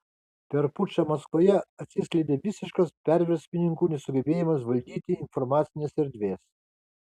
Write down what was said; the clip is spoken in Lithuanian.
per pučą maskvoje atsiskleidė visiškas perversmininkų nesugebėjimas valdyti informacinės erdvės